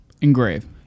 Engrave